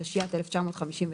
התשי"ט-1959,